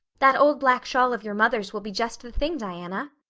that old black shawl of your mother's will be just the thing, diana.